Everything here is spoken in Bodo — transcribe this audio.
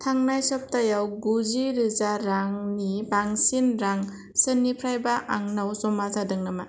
थांनाय सप्तायाव गुजिरोजा रांनि बांसिन रां सोरनिफ्रायबा आंनाव ज मा जादों नामा